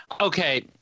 Okay